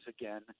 again